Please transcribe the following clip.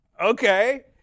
okay